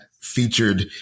featured